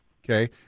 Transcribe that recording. Okay